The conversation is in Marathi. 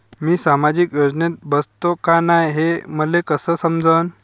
मी सामाजिक योजनेत बसतो का नाय, हे मले कस समजन?